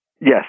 Yes